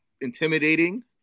intimidating